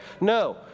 No